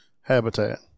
habitat